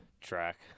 Track